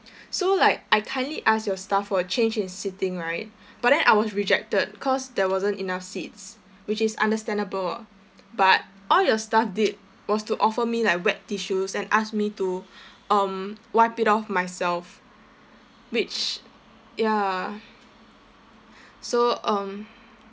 so like I kindly asked your staff for a change in seating right but then I was rejected cause there wasn't enough seats which is understandable but all your staff did was to offer me like wet tissues and asked me to um wipe it off myself which ya so um